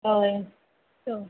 होय सो